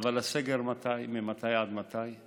אבל הסגר ממתי עד מתי?